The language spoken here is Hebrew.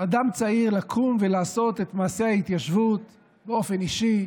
אדם צעיר לקום ולעשות את מעשה ההתיישבות באופן אישי,